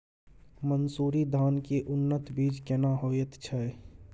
मन्सूरी धान के उन्नत बीज केना होयत छै?